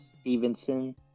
Stevenson